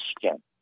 question